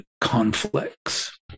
conflicts